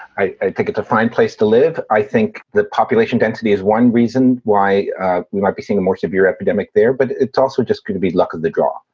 i i think it's a fine place to live. i think the population density is one reason why we might be seeing a more severe epidemic there. but it's also just going to be luck of the draw,